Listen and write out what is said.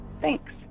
Thanks